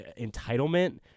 entitlement